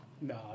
no